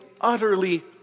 utterly